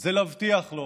זה להבטיח לו